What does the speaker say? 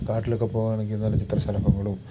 കാട്ടിലൊക്കെ പോവുകയാണെങ്കിൽ നല്ല ചിത്രശലഭങ്ങളും